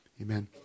Amen